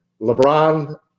LeBron